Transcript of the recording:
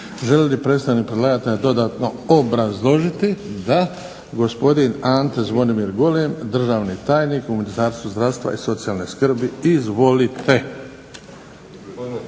Želi li predstavnik predlagatelja obrazložiti? Da. Gospodin Ante Zvonimir Golem, državni tajnik u Ministarstvu zdravstva i socijalne skrbi. Izvolite.